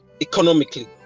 economically